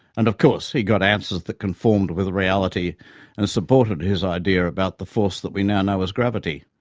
and of course he got answers that conformed with reality and supported his idea about the force that we now know as gravity.